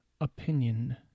opinion